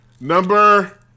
Number